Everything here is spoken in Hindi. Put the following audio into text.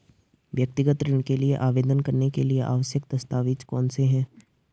व्यक्तिगत ऋण के लिए आवेदन करने के लिए आवश्यक दस्तावेज़ कौनसे हैं?